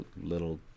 little